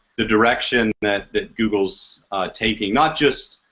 the direction that that google is taking. not just